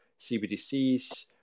CBDCs